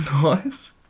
nice